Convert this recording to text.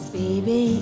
baby